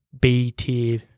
B-tier